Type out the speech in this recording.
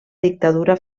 dictadura